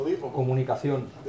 Comunicación